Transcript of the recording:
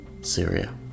Syria